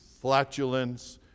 flatulence